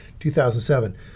2007